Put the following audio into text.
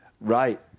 right